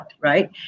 right